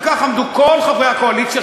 וכך עמדו כל חברי הקואליציה,